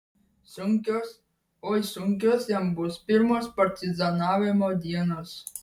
sunkios oi sunkios jam bus pirmos partizanavimo dienos